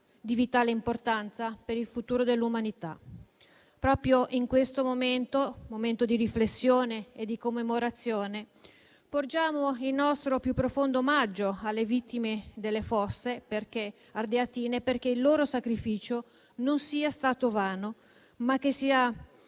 di vitale importanza per il futuro dell'umanità. Proprio in questo momento di riflessione e commemorazione, porgiamo il nostro più profondo omaggio alle vittime delle Fosse Ardeatine perché il loro sacrificio non sia stato vano, ma sia